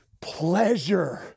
pleasure